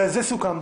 זה סוכם.